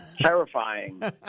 terrifying